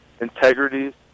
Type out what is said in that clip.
integrity